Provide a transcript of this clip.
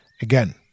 Again